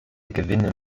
gewinne